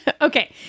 Okay